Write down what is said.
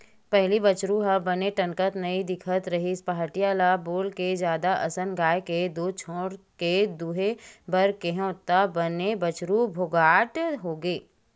पहिली बछरु ह बने टनक नइ दिखत रिहिस पहाटिया ल बोलके जादा असन गाय के दूद छोड़ के दूहे बर केहेंव तब बने बछरु भोकंड होगे